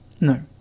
No